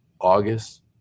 august